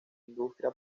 industria